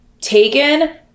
taken